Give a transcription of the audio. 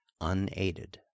unaided